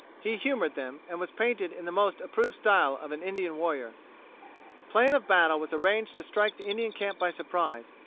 he humored them, and was painted in the most approved style of an indian warrior. the plan of battle was arranged to strike the indian camp by surprise,